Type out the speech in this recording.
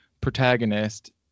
protagonist